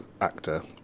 actor